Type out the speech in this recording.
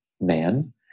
man